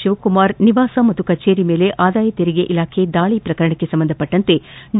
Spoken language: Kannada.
ಶಿವಕುಮಾರ್ ನಿವಾಸ ಹಾಗೂ ಕಚೇರಿ ಮೇಲೆ ಆದಾಯ ತೆರಿಗೆ ಇಲಾಖೆ ದಾಳಿ ಪ್ರಕರಣಕ್ಕೆ ಸಂಬಂಧಿಸಿದಂತೆ ಡಿ